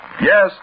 Yes